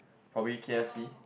probably K_F_C